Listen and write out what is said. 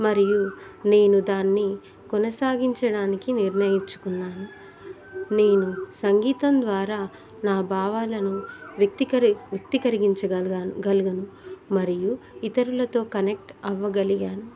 మరియు నేను దాన్ని కొనసాగించడానికి నిర్ణయించుకున్నాను నేను సంగీతం ద్వారా నా భావాలను వ్యక్తికరి వ్యక్తికరిగించగలగాను గలిగాను మరియు ఇతరులతో కనెక్ట్ అవ్వగలిగాను